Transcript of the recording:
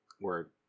Word